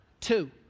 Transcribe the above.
two